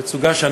בתצוגה,